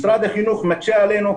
משרד החינוך מקשה עלינו.